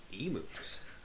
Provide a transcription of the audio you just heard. emus